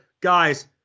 Guys